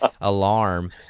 alarm